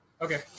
Okay